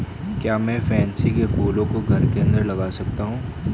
क्या मैं पैंसी कै फूलों को घर के अंदर लगा सकती हूं?